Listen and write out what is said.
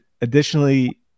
Additionally